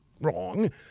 wrong